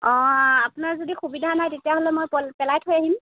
অঁ আপোনাৰ যদি সুবিধা নাই তেতিয়াহ'লে মই পল পেলাই থৈ আহিম